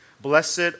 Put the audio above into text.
Blessed